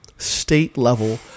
state-level